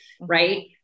Right